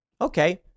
Okay